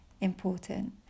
important